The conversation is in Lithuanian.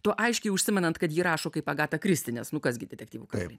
tuo aiškiai užsimenant kad ji rašo kaip agata kristi nes nu kas gi detektyvų karalienė